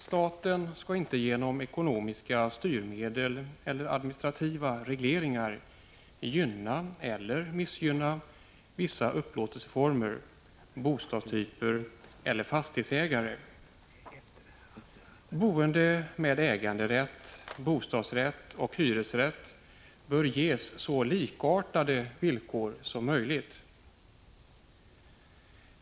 Staten skall inte genom ekonomiska styrmedel eller administrativa regleringar gynna eller missgynna vissa upplåtelseformer, bostadstyper eller fastighetsägare. Boende med äganderätt, bostadsrätt och hyresrätt bör ges så likartade villkor som möjligt.